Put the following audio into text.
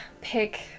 pick